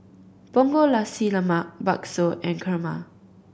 Punggol Nasi Lemak bakso and kurma